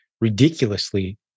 ridiculously